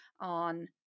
on